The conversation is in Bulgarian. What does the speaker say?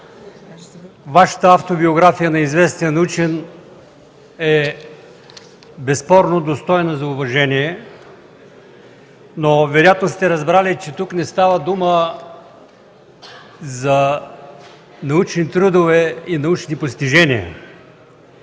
Вашата автобиография на известен учен е безспорно достойна за уважение, но вероятно сте разбрали, че тук не става дума за научни трудове и научни постижения.